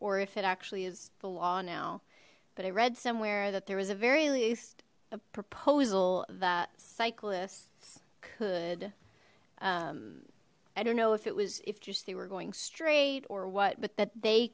or if it actually is the law now but i read somewhere that there was a very least a proposal that cyclists could i don't know if it was if just they were going straight or what but that they